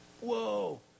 Whoa